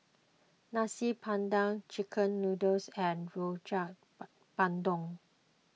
Nasi Padang Chicken Noodles and Rojak Bandung